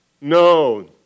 No